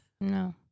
No